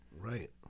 Right